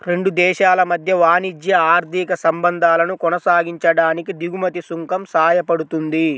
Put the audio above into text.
రెండు దేశాల మధ్య వాణిజ్య, ఆర్థిక సంబంధాలను కొనసాగించడానికి దిగుమతి సుంకం సాయపడుతుంది